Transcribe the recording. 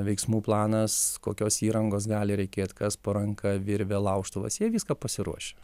veiksmų planas kokios įrangos gali reikėt kas po ranka virvė laužtuvas jie viską pasiruošia